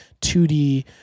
2D